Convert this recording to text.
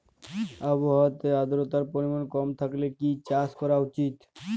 আবহাওয়াতে আদ্রতার পরিমাণ কম থাকলে কি চাষ করা উচিৎ?